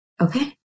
okay